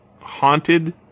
haunted